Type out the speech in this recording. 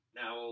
now